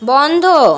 বন্ধ